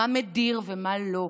מה מדיר ומה לא,